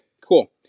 cool